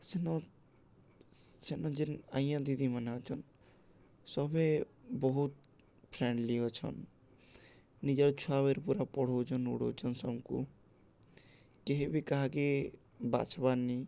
ସେନ ସେନ ଯେନ୍ ଆୟା ଦିଦି ମାନେ ଅଛନ୍ ସଭେ ବହୁତ ଫ୍ରେଣ୍ଡଲି ଅଛନ୍ ନିଜର ଛୁଆବେର ପୁରା ପଢ଼ଉଛନ୍ ଉଡ଼ଉଛନ୍ ସବକୁ କେହି ବି କାହାକେ ବାଛ୍ବାର୍ ନି